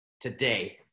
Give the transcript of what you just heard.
today